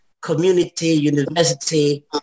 community-university